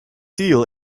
seal